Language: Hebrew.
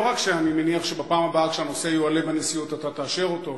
לא רק שאני מניח שבפעם הבאה כשהנושא יועלה בנשיאות אתה תאשר אותו,